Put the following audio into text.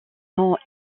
sont